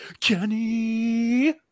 Kenny